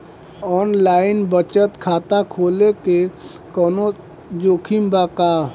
Online बचत खाता खोले में कवनो जोखिम बा का?